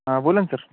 हां बोला ना सर